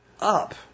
up